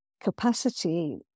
capacity